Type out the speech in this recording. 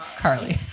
Carly